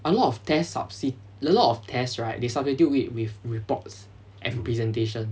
a lot of test subsi~ a lot of test right they substitute it with reports and presentation